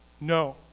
No